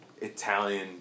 Italian